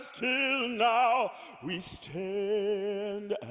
till now we stand and